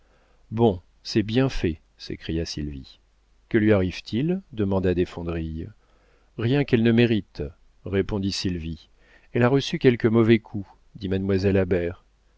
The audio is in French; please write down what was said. bon c'est bien fait s'écria sylvie que lui arrive-t-il demanda desfondrilles rien qu'elle ne mérite répondit sylvie elle a reçu quelque mauvais coup dit mademoiselle